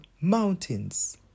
mountains